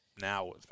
now